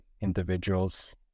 individuals